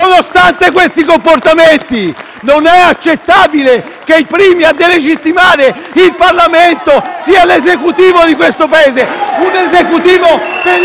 nonostante questi comportamenti. Non è accettabile che il primo a delegittimare il Parlamento sia l'Esecutivo di questo Paese, un Esecutivo pericoloso.